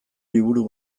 liburu